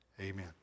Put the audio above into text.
Amen